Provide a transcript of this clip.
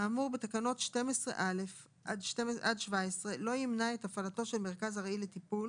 (ה)האמור בתקנות 12א עד 17 לא ימנע את הפעלתו של מרכז ארעי לטיפול